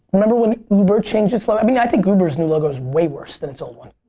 remember when uber changed it's logo? i mean i think uber's new logo is way worse than it's old one.